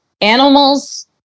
Animals